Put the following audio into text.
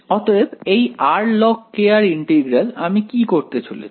অতএব এই r log integral আমি কি করতে চলেছি